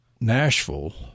Nashville